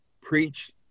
preach